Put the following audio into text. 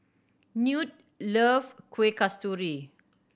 Newt loves Kueh Kasturi